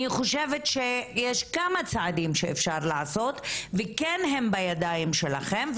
אני חושבת שיש כמה צעדים שאפשר לעשות וכן הם בידיים שלכם.